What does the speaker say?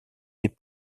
des